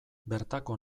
bertako